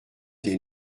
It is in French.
des